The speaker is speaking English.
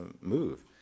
move